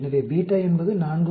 எனவே β என்பது 4